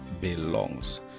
belongs